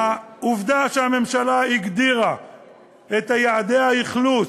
עובדה שהממשלה הגדירה את יעדי האכלוס,